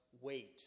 wait